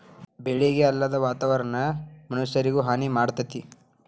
ಬೆಳಿಗೆ ಅಲ್ಲದ ವಾತಾವರಣಾ ಮನಷ್ಯಾರಿಗು ಹಾನಿ ಮಾಡ್ತತಿ